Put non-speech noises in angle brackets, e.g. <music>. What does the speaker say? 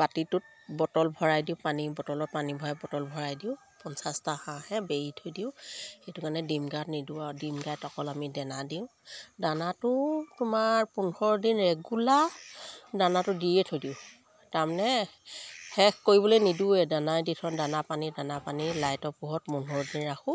বাতিটোত বটল ভৰাই দিওঁ পানী বটলত পানী ভৰাই বটল ভৰাই দিওঁ পঞ্চাছটা হাঁহে বেৰি থৈ দিওঁ সেইটো কাৰণে <unintelligible> নিদিওঁ আৰু <unintelligible> অকল আমি দানা দিওঁ দানাটো তোমাৰ পোন্ধৰ দিন ৰেগুলাৰ দানাটো দিয়ে থৈ দিওঁ তাৰমানে শেষ কৰিবলে নিদো দানা দি থৈ দানা পানী দানা পানী লাইটৰ পোহৰত পোন্ধৰ দি ৰাখোঁ